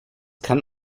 kann